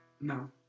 No